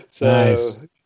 Nice